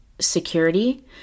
security